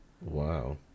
Wow